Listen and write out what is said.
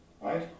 Right